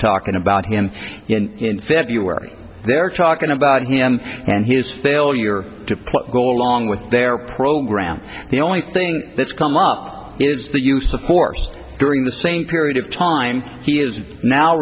talking about him in their view where they're talking about him and his failure to place go along with their program the only thing that's come up is the use of force during the same period of time he is now